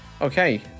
okay